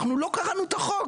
אנחנו לא קראנו את החוק.